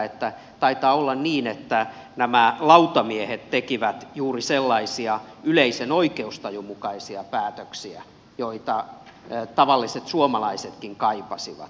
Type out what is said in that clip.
että taitaa olla niin että nämä lautamiehet tekivät juuri sellaisia yleisen oikeustajun mukaisia päätöksiä joita tavalliset suomalaisetkin kaipasivat